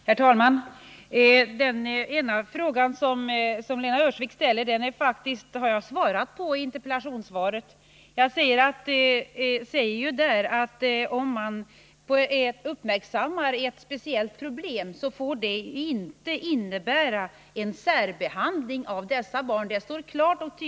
Herr talman! Den ena av de frågor Lena Öhrsvik nu ställde har jag faktiskt svarat på i interpellationssvaret. Jag säger där klart och tydligt att om man uppmärksammar ett speciellt problem, så får det inte innebära en särbehandling av dessa barn.